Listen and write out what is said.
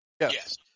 Yes